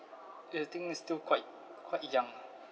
ya I think it's still quite quite young